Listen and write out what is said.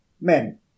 men